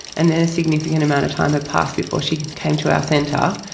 and then a significant amount of time had passed before she came to our centre.